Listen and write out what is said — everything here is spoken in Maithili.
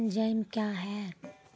जैम क्या हैं?